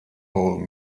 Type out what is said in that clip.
paul